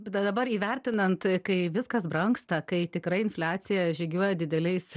dabar įvertinant kai viskas brangsta kai tikrai infliacija žygiuoja dideliais